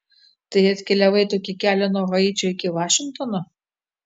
tai atkeliavai tokį kelią nuo haičio iki vašingtono